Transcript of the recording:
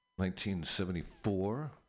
1974